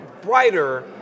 brighter